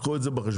קחו את זה בחשבון.